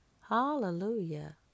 hallelujah